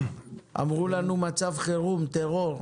אמרו לנו "מצב חירום", "טרור".